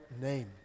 name